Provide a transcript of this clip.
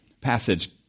passage